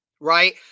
right